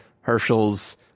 Herschel's